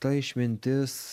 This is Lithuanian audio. ta išmintis